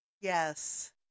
Yes